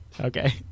Okay